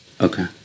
okay